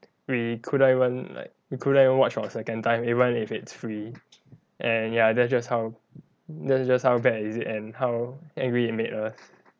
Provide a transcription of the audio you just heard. we couldn't even like couldn't even watch for a second time even if it's free and ya that's just how that's just how bad is it and how angry it made us